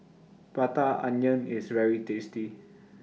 Prata Onion IS very tasty